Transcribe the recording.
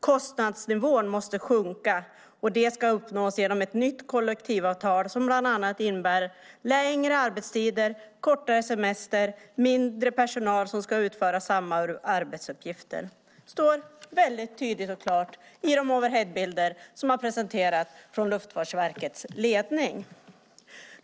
Kostnadsnivån måste sjunka, och det ska uppnås genom ett nytt kollektivavtal som bland annat innebär längre arbetstider, kortare semester och mindre personal som ska utföra samma arbetsuppgifter. Det står väldigt tydligt och klart i de overheadbilder som man presenterat från Luftfartsverkets ledning.